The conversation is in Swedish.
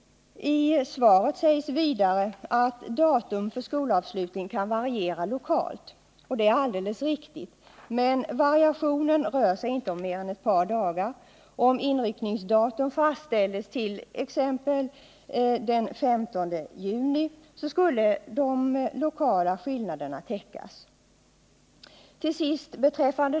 I svaret sägs att dag för skolavslutning kan variera lokalt. Det är alldeles riktigt, men det rör sig endast om en variation på ett par dagar. Om inryckningsdatum fastställs till exempelvis den 15 juni skulle de lokala skillnaderna täckas.